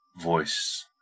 voice